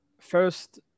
first